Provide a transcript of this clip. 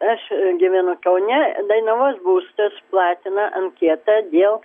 aš gyvenu kaune dainavos būstas platina anketą dėl